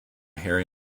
harry